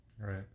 Right